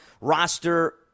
roster